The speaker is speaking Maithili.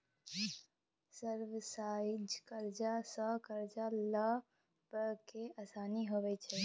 सब्सिजाइज्ड करजा सँ करजा लए बला केँ आसानी होइ छै